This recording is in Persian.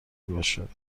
باشد